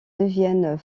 deviennent